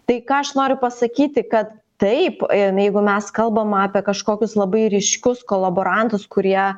tai ką aš noriu pasakyti kad taip jeigu mes kalbam apie kažkokius labai ryškus kolaborantus kurie